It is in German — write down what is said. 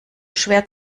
schwer